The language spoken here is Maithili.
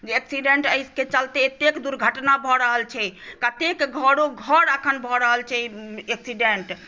जे एक्सीडेन्ट एहिकेँ चलते एतेक दुर्घटना भऽ रहल छै कतेक घरो घर अखन भऽ रहल छै एक्सीडेन्ट